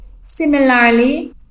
similarly